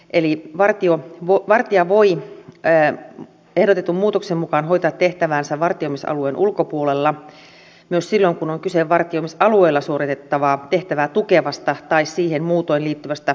eli vartija voi ehdotetun muutoksen mukaan hoitaa tehtäväänsä vartioimisalueen ulkopuolella myös silloin kun on kyse vartioimisalueella suoritettavaa tehtävää tukevasta tai siihen muutoin liittyvästä vartioimistehtävästä